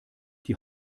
die